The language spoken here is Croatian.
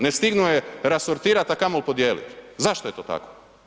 Ne stignu ju rasortirat, a kamoli podijelit, zašto je to tako?